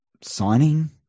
signing